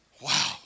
Wow